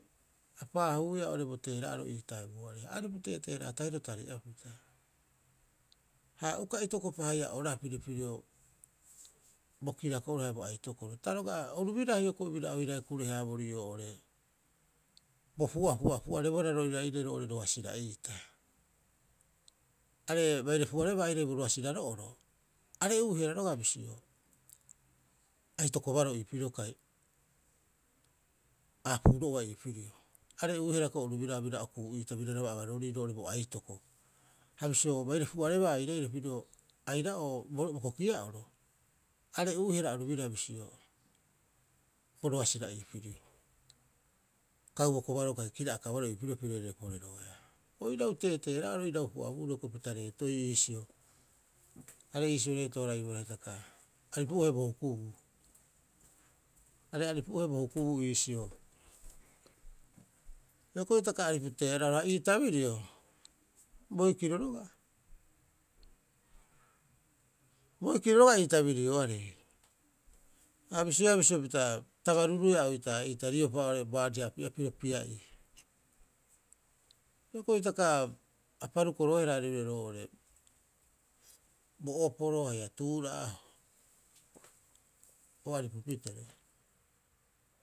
A paahuia oo'ore bo teera'aro ii taibuoarei ha aripu tetera'atahiro tari'apita. Ha uka haia itokopa orapiri haia pirio bo kirako'oro haia bo aitoko'oro. Ta roga'a oru bira hioko'i bira oiraae kurehaaborii oo'ore bo pu'apu'a pu'arebohara roiraire roiraire roo'ore roasira'iita. Are baire pu'areba airaire bo roasiraro'oro, are'uihara roga'a bisio aitokobaroo ii oirio kai aapuubaroo ii pirio. Are'uihara hioko'i biraa okuu'iita biraraba abaroorii bo aitoko. Ha bisio baire pu'areba airaire pirio aira'oo bo kokia'oro are'uihara oru biraa bisio bo roasira iipiro, kauboko baroo kira'aka baroo ii pirio piroire poreroeaa. O irau teetera'aro, irau pu'abuuro pita reetoiu iisio. Are iisio reto- haraibohara hitaka aripuohe bo hukubuu. Are aripu'ohe bo hukubuu iisio. Hioko'i hitaka aripu teera'aro, ha ii tabirio, boikiro roga'a. Boikiro roga'a ii tabirioarei, ha a bisioea bisio pita ta baruruia oitaa'iita riopa oo'ore baariha api'apiro pia'ii. Hioko'i hitaka a parukoroehara are'ure roo'ore bo oporo haia tuura'a o aripupitere.